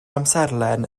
amserlen